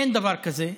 אין דבר כזה,